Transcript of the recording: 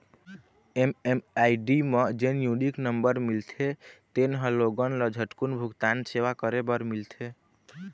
MMID म जेन unique number मिलथे तेन ह लोगन ल झटकून भूगतान सेवा करे बर मिलथे